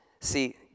See